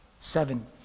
Seven